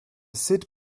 syd